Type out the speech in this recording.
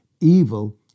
evil